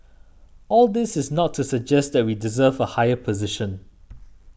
all this is not to suggest that we deserve a higher position